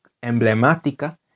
emblemática